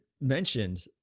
mentioned